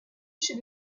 chez